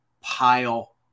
pile